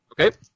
Okay